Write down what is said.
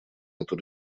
эту